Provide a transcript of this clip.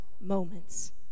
moments